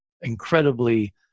incredibly